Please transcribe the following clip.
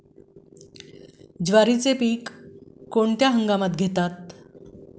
ज्वारीचे पीक कोणत्या हंगामात लावतात?